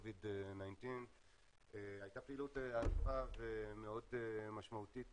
COVID-19. הייתה פעילות ענפה ומאוד משמעותית